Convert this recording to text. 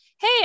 Hey